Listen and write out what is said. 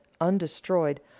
undestroyed